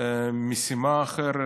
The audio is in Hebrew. משימה אחרת.